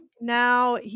Now